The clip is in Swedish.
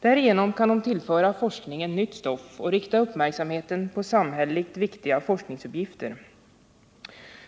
Därigenom kan de tillföra forskningen nytt stoff och rikta uppmärksamheten på samhälleligt viktiga forskningsuppgifter.